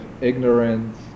ignorance